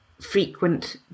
frequent